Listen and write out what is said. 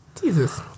Jesus